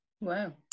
Wow